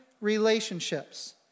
relationships